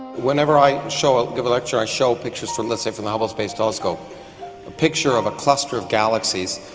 whenever i shall ah give a lecture i show pictures for let's say for the hubble space telescope a picture of a cluster of galaxies